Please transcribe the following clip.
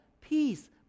peace